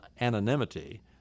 anonymity